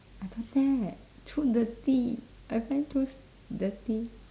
I don't dare too dirty I find too s~ dirty